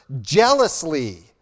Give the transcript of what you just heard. jealously